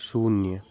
शून्य